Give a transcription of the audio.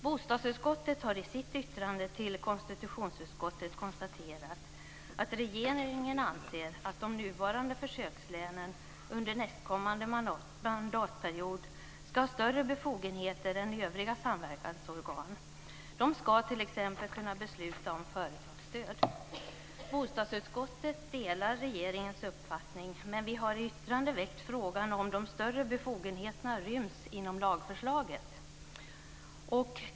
Bostadsutskottet har i sitt yttrande till konstitutionsutskottet konstaterat att regeringen anser att de nuvarande försökslänen under nästkommande mandatperiod ska ha större befogenheter än övriga samverkansorgan. De ska t.ex. kunna besluta om företagsstöd. Bostadsutskottet delar regeringens uppfattning, men har i yttrandet väckt frågan om huruvida de större befogenheterna ryms inom lagförslaget.